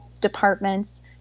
departments